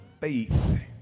faith